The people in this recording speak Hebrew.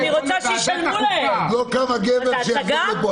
לא ביקשו כאן צ'ופרים לומר אנחנו זורקים אתכם,